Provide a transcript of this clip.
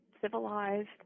civilized